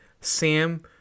sam